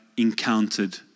encountered